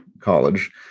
college